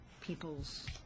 people's